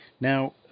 Now